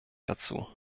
dazu